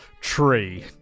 Tree